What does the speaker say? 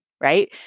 right